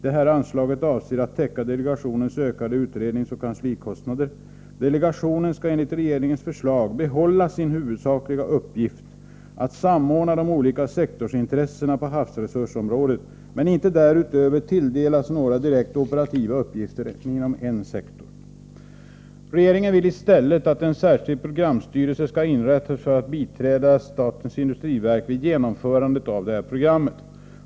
Detta anslag avser att täcka delegationens ökade utredningsoch kanslikostnader. Delegationen skall enligt regeringens förslag behålla sin huvudsakliga uppgift att samordna de olika sektorsintressena på havsresursområdet men inte därutöver tilldelas några direkt operativa uppgifter inom en sektor. Regeringen vill i stället att en särskild programstyrelse skall inrättas för att biträda statens industriverk vid genomförandet av programmet.